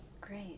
Great